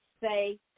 say